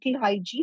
hygiene